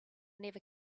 never